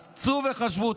אז צאו וחשבו.